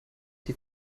die